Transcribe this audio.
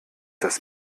das